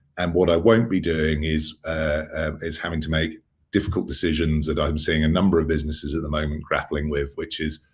and what i won't be doing is is having to make difficult decisions that i'm seeing a number of businesses at the moment grappling with which is,